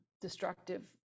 destructive